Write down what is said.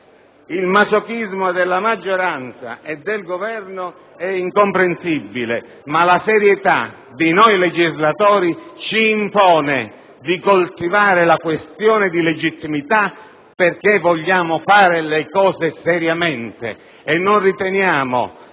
il masochismo della maggioranza e del Governo è dunque incomprensibile, ma la serietà di noi legislatori ci impone di sollevare la questione di legittimità perché vogliamo fare le cose seriamente e, conoscendo